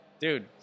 dude